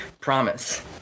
promise